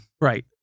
Right